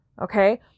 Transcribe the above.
Okay